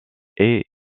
est